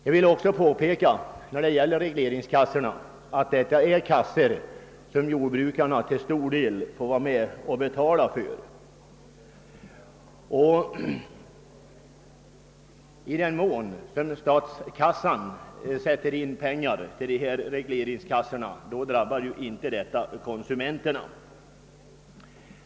Jag vill också påpeka att regleringskassorna är kassor som jordbrukarna till stor del har fått vara med om att betala till, och i den mån staten sätter in pengar i regleringskassorna drabbar inte detta konsumenterna.